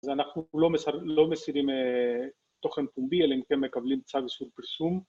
אז אנחנו לא מסירים תוכן פומבי אלא אם כן מקבלים צו איסור פרסום